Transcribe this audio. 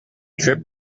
trip